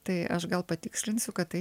tai aš gal patikslinsiu kad tai